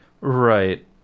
Right